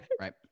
right